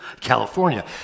California